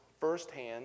firsthand